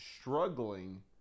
struggling